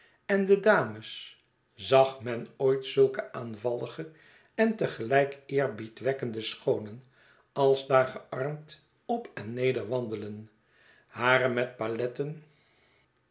en de dames zag men ooit zulke aanvallige en te gelijk eerbiedwekkende schoonen als daar gearmd op en neder wandelen hare met paletten